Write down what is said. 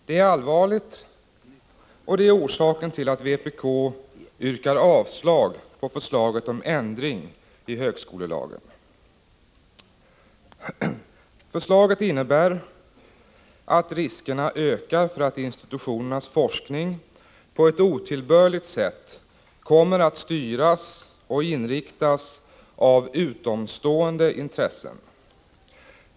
Det är allvarligt, och det är orsaken till att vpk yrkar avslag på förslaget om ändring i högskolelagen. Förslaget innebär att riskerna ökar för att institutionernas forskning på ett otillbörligt sätt kommer att styras och inriktas av utomstående intressen.